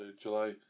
July